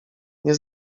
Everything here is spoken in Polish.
nie